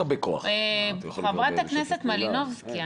חברת הכנסת מלינובסקי,